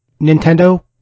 Nintendo